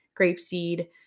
grapeseed